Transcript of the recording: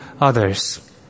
others